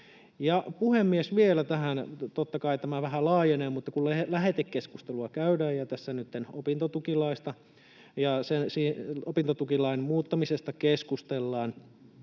Puhemies, vielä tähän: Totta kai tämä vähän laajenee, mutta kun lähetekeskustelua käydään ja tässä nytten opintotukilaista ja opintotukilain muuttamisesta keskustellaan.